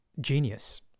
genius